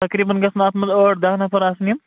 تقریبن گَژھن اَتھ منٛز ٲٹھ دَہ نَفر آسٕنۍ یِم